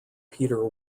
peter